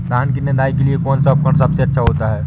धान की निदाई के लिए कौन सा उपकरण सबसे अच्छा होता है?